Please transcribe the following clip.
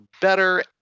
better